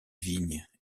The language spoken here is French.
vignes